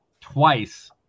twice